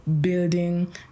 building